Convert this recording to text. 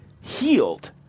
healed